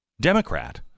Democrat